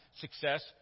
success